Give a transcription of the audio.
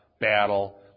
battle